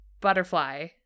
butterfly